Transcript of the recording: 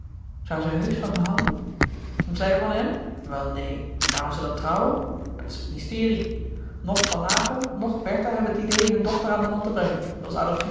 zoû ze heusch van hem houden zij van hem wel neen waarom ze dan trouwen dat is het mysterie noch van naghel noch bertha hebben het idee hun dochter aan den man te brengen